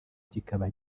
kikaba